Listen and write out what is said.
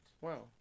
Wow